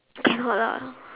cannot lah